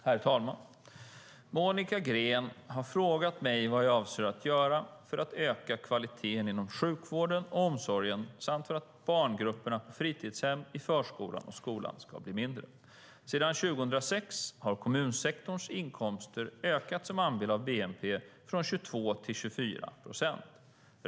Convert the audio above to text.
Herr talman! Monica Green har frågat mig vad jag avser att göra för att öka kvaliteten inom sjukvården och omsorgen samt för att barngrupperna på fritidshemmen, i förskolan och i skolan ska bli mindre. Sedan 2006 har kommunsektorns inkomster ökat som andel av bnp, från 22 till 24 procent.